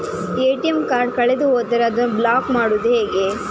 ATM card ಕಳೆದು ಹೋದರೆ ಅದನ್ನು ಬ್ಲಾಕ್ ಮಾಡುವುದು ಹೇಗೆ?